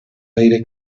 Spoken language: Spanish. aire